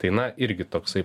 tai na irgi toksai